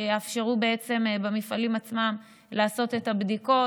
שיאפשרו במפעלים עצמם לעשות את הבדיקות.